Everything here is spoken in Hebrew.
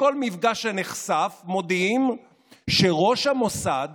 לכל מפגש שנחשף מודיעים שראש המוסד